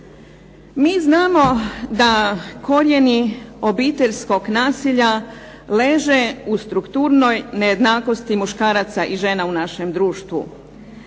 Mi znamo da korijeni obiteljskog nasilja leže u strukturnoj nejednakosti muškaraca i žena u našem društvu,